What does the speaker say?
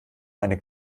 eine